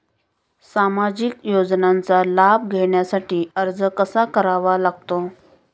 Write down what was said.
सामाजिक योजनांचा लाभ घेण्यासाठी अर्ज कसा करावा लागतो?